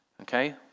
Okay